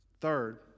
Third